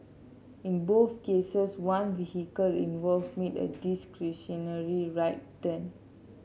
in both cases one vehicle involve made a discretionary right turn